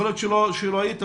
כשלא היית,